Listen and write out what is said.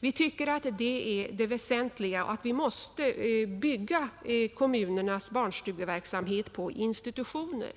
Vi tycker att det är det väsentliga och anser att kommunernas barnstugeverksamhet måste bygga på institutioner.